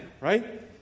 right